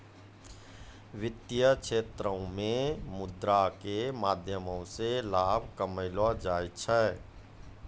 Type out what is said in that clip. वित्तीय क्षेत्रो मे मुद्रा के माध्यमो से लाभ कमैलो जाय छै